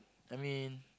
I mean